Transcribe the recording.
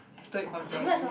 I stole it from Jerry